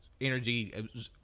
energy